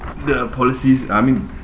the policies uh I mean